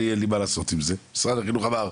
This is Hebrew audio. אני אין לי מה לעשות עם זה, משרד החינוך אמר,